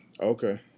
Okay